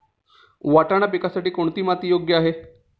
वाटाणा पिकासाठी कोणती माती योग्य आहे?